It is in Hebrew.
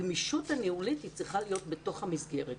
הגמישות הניהולית צריכה להיות בתוך המסגרת.